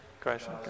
question